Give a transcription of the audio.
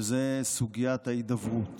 וזה סוגיית ההידברות.